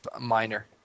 Minor